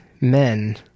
men